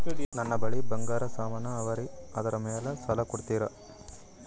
ನನ್ನ ಬಳಿ ಬಂಗಾರ ಸಾಮಾನ ಅವರಿ ಅದರ ಮ್ಯಾಲ ಸಾಲ ಕೊಡ್ತೀರಿ?